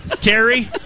Terry